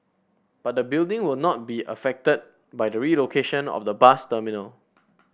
but the building will not be affected by the relocation of the bus terminal